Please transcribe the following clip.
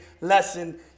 lesson